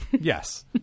Yes